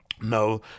no